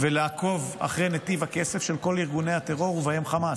ולעקוב אחרי נתיב הכסף של כל ארגוני הטרור ובהם חמאס.